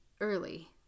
early